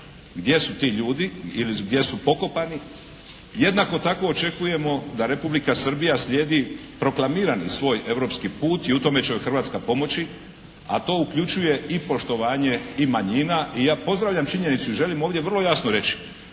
gdje su ti ljudi ili gdje su pokopani. Jednako tako očekujemo da Republika Srbija slijedi proklamirani svoj europski put i u tome će joj Hrvatska pomoći, a to uključuje i poštovanje i manjina. I ja pozdravljam činjenicu i želim ovdje vrlo jasno reći